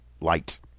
light